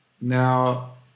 Now